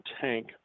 tank